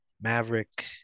Maverick